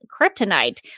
kryptonite